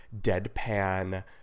deadpan